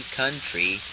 country